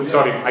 Sorry